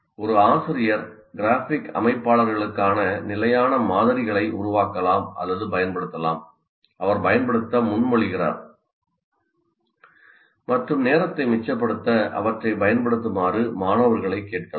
ஒரு ஆசிரியர் கிராஃபிக் அமைப்பாளர்களுக்கான நிலையான மாதிரிகளை உருவாக்கலாம் அல்லது பயன்படுத்தலாம் அவர் பயன்படுத்த முன்மொழிகிறார் மற்றும் நேரத்தை மிச்சப்படுத்த அவற்றைப் பயன்படுத்துமாறு மாணவர்களைக் கேட்கலாம்